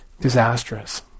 disastrous